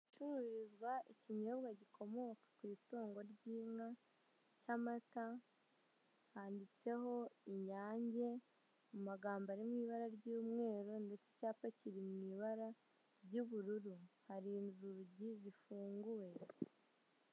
Ahacururizwa ikinyobwa gikomoka ku itungo ry'inka cy'amata handitseho inyange mu mu magambo ari mu ibara ry'umweru ndetse icyapa kiri mu ibara ry'ubururu hari inzugi zifunguye.